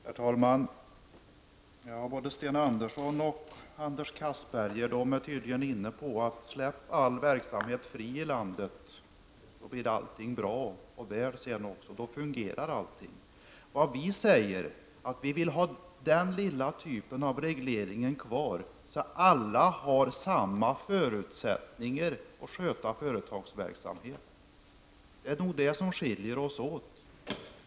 Herr talman! Både Sten Andersson i Malmö och Anders Castberger är tydligen inne på att man skall släppa all verksamhet fri i landet -- då blir allting bra, och då fungerar allting. Vi säger att vi vill ha den lilla typ av reglering kvar som gör att alla har samma förutsättningar att sköta företagsverksamhet. Det är nog det som skiljer oss åt.